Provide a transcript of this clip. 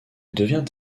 devient